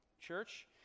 church